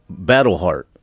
Battleheart